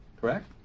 correct